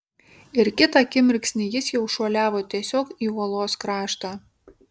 ir kitą akimirksnį jis jau šuoliavo tiesiog į uolos kraštą